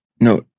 no